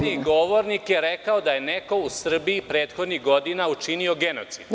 Prethodni govornik je rekao da je neko u Srbiji prethodnih godina učinio genocid.